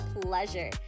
pleasure